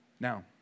Now